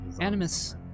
Animus